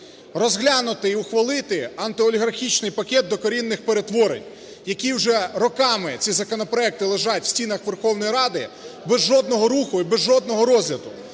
Розглянути і ухвалити антиолігархічний пакет докорінних перетворень, які вже роками ці законопроекти лежать в стінах Верховної Ради без жодного руху і без жодного розгляду.